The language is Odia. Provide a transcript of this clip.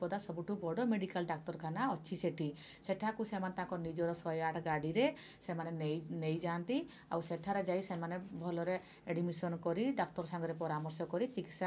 ସବୁଠୁ ବଡ଼ ମେଡ଼ିକାଲ୍ ଡ଼ାକ୍ତରଖାନା ଅଛି ସେଠି ସେଠାକୁ ସେମାନେ ତାଙ୍କ ନିଜର ଶହେ ଆଠ ଗାଡ଼ିରେ ସେମାନେ ନେଇ ନେଇଯାନ୍ତି ଆଉ ସେଠାରେ ଯାଇ ସେମାନେ ଭଲରେ ଆଡ଼୍ମିସନ୍ କରି ଡ଼ାକ୍ତର ସାଙ୍ଗରେ ପରାମର୍ଶ କରି ଚିକିତ୍ସା